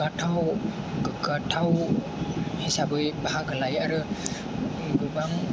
गोगाथाव गोगाथाव हिसाबै बाहागो लायो आरो गोबां